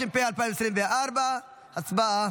התשפ"ה 2024. הצבעה.